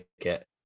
ticket